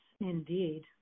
Indeed